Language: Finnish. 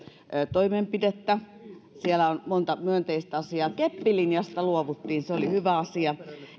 toimenpidettä siellä on monta myönteistä asiaa keppilinjasta luovuttiin ja se oli hyvä asia